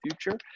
future